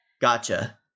Gotcha